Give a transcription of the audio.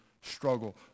struggle